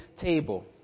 table